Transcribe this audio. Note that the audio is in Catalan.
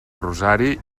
rosari